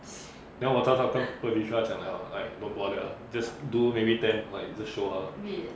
then 我早早跟 erdika 讲了 like don't bother uh just do maybe ten like just show her